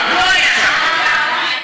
עכשיו אני רוצה לשאול את השרה רגב,